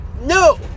no